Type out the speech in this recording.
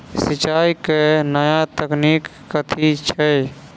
सिंचाई केँ नया तकनीक कथी छै?